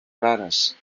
puranas